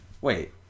Wait